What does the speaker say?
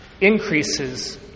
increases